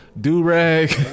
Do-rag